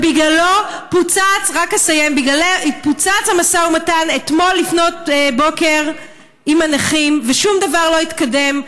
ובגללו פוצץ המשא ומתן אתמול לפנות בוקר עם הנכים ושום דבר לא התקדם.